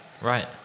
right